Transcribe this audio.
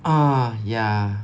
ah ya